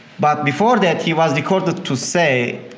but before that he was recorded to say,